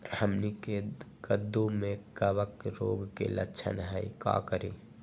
हमनी के कददु में कवक रोग के लक्षण हई का करी?